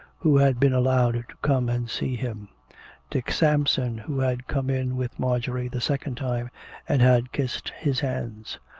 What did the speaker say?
who had been allowed to come and see him dick sampson, who had come in with marjorie the second time and had kissed his hands.